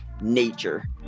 nature